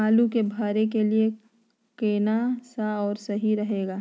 आलू के भरे के लिए केन सा और सही रहेगा?